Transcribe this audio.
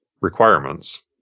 requirements